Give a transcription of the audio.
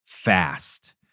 fast